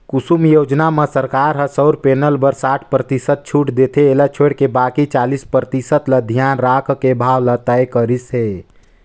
कुसुम योजना म सरकार ह सउर पेनल बर साठ परतिसत छूट देथे एला छोयड़ बाकि चालीस परतिसत ल धियान राखके भाव ल तय करिस हे